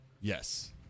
Yes